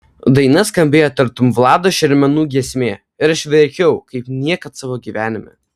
daina skambėjo tartum vlado šermenų giesmė ir aš verkiau kaip niekad savo gyvenime